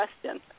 question